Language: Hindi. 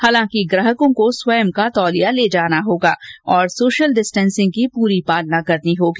हालांकि ग्राहकों को स्वयं का तौलिया ले जाना होगा और सोशल डिस्टेंसिंग की पूरी पालना करनी होगी